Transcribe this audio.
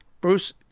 Bruce